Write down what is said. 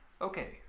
Okay